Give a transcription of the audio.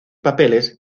papeles